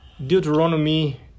Deuteronomy